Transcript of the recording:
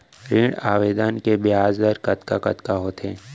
ऋण आवेदन के ब्याज दर कतका कतका होथे?